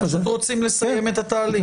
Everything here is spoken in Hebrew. ופשוט רוצים לסיים את התהליך.